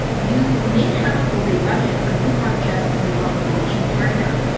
you may have a full day budget but you are just not launching hard enough.